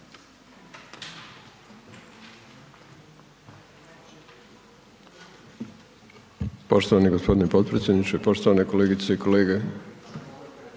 poštovani gospodine potpredsjedniče, poštovana državna tajnice,